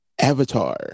Avatar